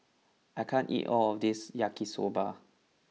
I can't eat all of this Yaki soba